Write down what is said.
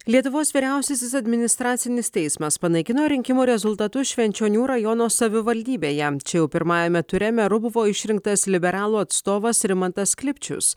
lietuvos vyriausiasis administracinis teismas panaikino rinkimų rezultatus švenčionių rajono savivaldybėje čia jau pirmajame ture meru buvo išrinktas liberalų atstovas rimantas klipčius